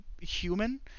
human